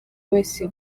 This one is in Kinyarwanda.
wese